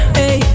hey